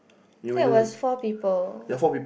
that was four people